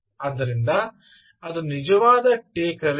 ಆದ್ದರಿಂದ ಅದು ನಿಜವಾದ ಟೇಕ್ಅವೇ ಆಗಿದೆ